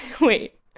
wait